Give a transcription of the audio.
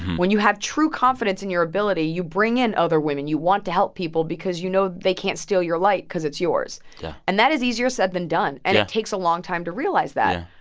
when you have true confidence in your ability, you bring in other women. you want to help people because you know they can't steal your light cause it's yours yeah and that is easier said than done yeah and it takes a long time to realize that yeah.